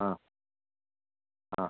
हां हां